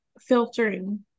filtering